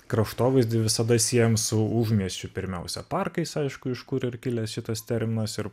kraštovaizdį visada siejam su užmiesčiu pirmiausia parkais aišku iš kur ir kilęs šitas terminas ir